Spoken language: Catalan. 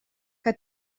que